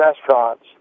restaurants